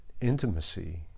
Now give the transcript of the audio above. intimacy